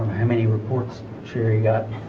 how many reports sherry got